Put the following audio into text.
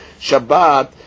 Shabbat